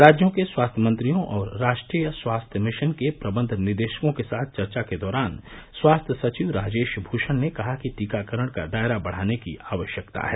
राज्यों के स्वास्थ्य मंत्रियों और राष्ट्रीय स्वास्थ्य मिशन के प्रबंध निदेशकों के साथ चर्चा के दौरान स्वास्थ्य सचिव राजेश भूषण ने कहा कि टीकाकरण का दायरा बढ़ाने की आवश्यकता है